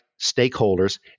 stakeholders